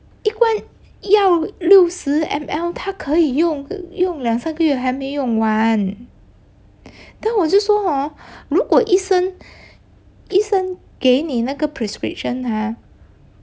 一罐药六十 M_L 他可以用用两三个月还没用完 then 我就说 hor 如果医生医生给你那个 prescription ha